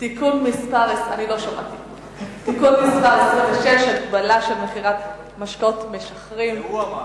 (תיקון מס' 26) (הגבלה של מכירת משקאות משכרים),